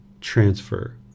transfer